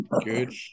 Good